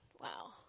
wow